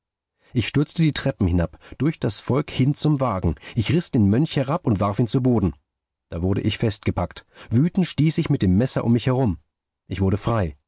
ich stürzte die treppen hinab durch das volk hin zum wagen ich riß den mönch herab und warf ihn zu boden da wurde ich festgepackt wütend stieß ich mit dem messer um mich herum ich wurde frei